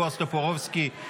בועז טופורובסקי,